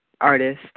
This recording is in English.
artist